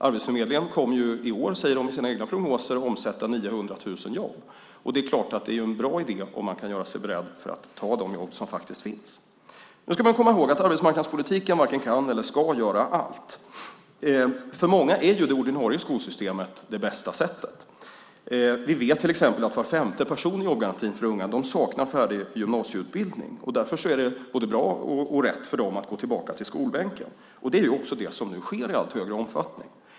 Arbetsförmedlingen kommer i år, säger de i sina egna prognoser, att omsätta 900 000 jobb, och det är klart att det är en bra idé om man kan göra sig beredd att ta de jobb som faktiskt finns. Man ska komma ihåg att arbetsmarknadspolitiken varken kan eller ska göra allt. För många är det ordinarie skolsystemet det bästa. Vi vet till exempel att var femte person i jobbgarantin för unga saknar färdig gymnasieutbildning, och därför är det både bra och rätt för dem att gå tillbaka till skolbänken. Det är också det som nu sker i allt högre omfattning.